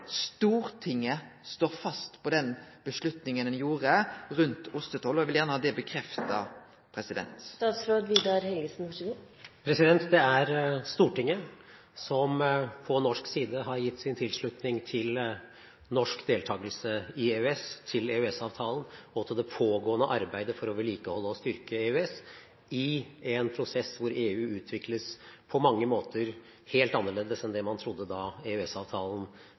Stortinget står fast på den avgjerda en gjorde rundt ostetoll. Eg vil gjerne ha det bekrefta. Det er Stortinget som fra norsk side har gitt sin tilslutning til norsk deltakelse i EØS, til EØS-avtalen og til det pågående arbeidet for å vedlikeholde og styrke EØS, i en prosess hvor EU på mange måter utvikles helt annerledes enn man trodde da